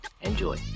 enjoy